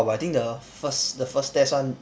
!wah! but I think the first the first test one